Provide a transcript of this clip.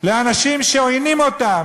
לאנשים שעוינים אותם,